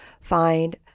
find